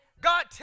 God